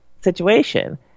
situation